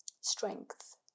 strength